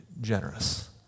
generous